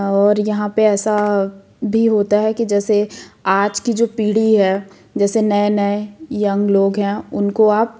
और यहाँ पे ऐसा भी होता है कि जैसे आज की जो पीढ़ी है जैसे नए नए यंग लोग हैं उनको आप